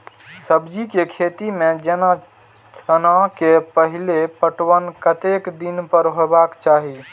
सब्जी के खेती में जेना चना के पहिले पटवन कतेक दिन पर हेबाक चाही?